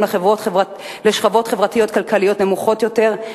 לשכבות חברתיות-כלכליות נמוכות יותר,